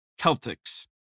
Celtics